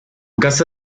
casa